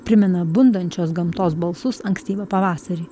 primena bundančios gamtos balsus ankstyvą pavasarį